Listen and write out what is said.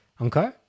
okay